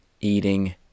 eating